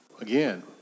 Again